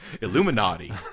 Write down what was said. Illuminati